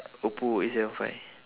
oppo eight seven five